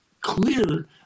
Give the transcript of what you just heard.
clear